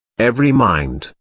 every mind,